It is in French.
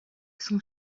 son